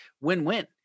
win-win